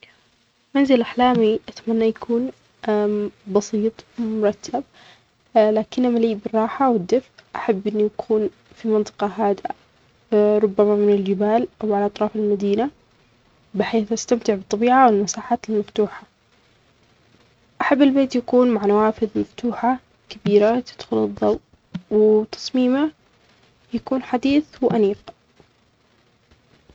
منزل أحلامى أتمنى يكون بسيط مرتب لكنه ملئ بالراحة والدفء، أحب أنه يكون في منطقة هادئة ربما من الجبال أو على أطراف المدينة بحيث أستمتع بالطبيعة والمساحات المفتوحة، أحب البيت يكون مع نوافذ مفتوحة كبيرة تدخل الضوء وتصميمه يكون حديث وأنيق.